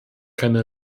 keine